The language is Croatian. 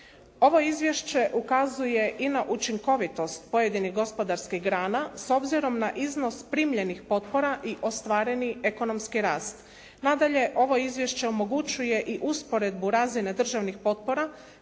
Ovo izvješće ukazuje i na učinkovitost pojedinih gospodarskih grana s obzirom na iznos primljenih potpora i ostvareni ekonomski rast. Nadalje, ovo izvješće omogućuje i usporedbu razine državnih potpora